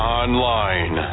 online